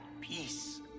peace